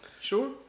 Sure